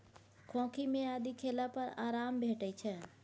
खोंखी मे आदि खेला पर आराम भेटै छै